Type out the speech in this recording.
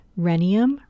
rhenium